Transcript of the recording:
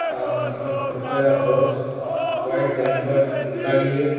छा तव्हां कृपया बसि क्वाइट कंफर्ट पंतालीह